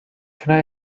can